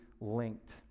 linked